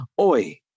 oi